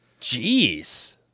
Jeez